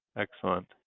excellent.